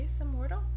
immortal